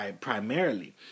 primarily